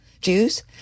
Jews